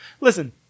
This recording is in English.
listen